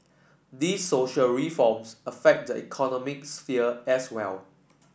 the social reforms affect the economic sphere as well